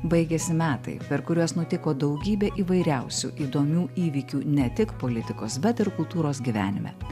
baigėsi metai per kuriuos nutiko daugybė įvairiausių įdomių įvykių ne tik politikos bet ir kultūros gyvenime